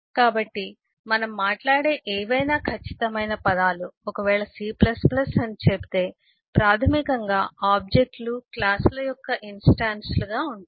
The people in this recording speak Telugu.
కాబట్టి మనం మాట్లాడే ఏవైనా ఖచ్చితమైన పదాలు ఒకవేళ C అని చెబితే ప్రాథమికంగా ఆబ్జెక్ట్ లు క్లాసుల యొక్క ఇన్స్టాన్స్ లు గా ఉంటాయి